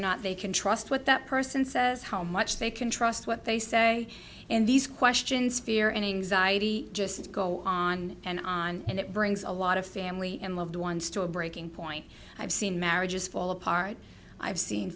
not they can trust what that person says how much they can trust what they say in these questions fear and anxiety just go on and on and it brings a lot of family and loved ones to a breaking point i've seen marriages fall apart i've seen